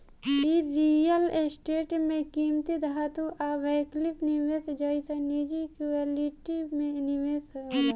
इ real estate में किमती धातु आ वैकल्पिक निवेश जइसन निजी इक्विटी में निवेश होला